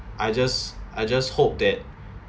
I just I just hope that